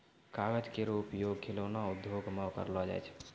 कागज केरो उपयोग खिलौना उद्योग म करलो जाय छै